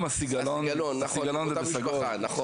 על כ-1,000 חולות וחולים חדשים בסרטן עור מדי חודש.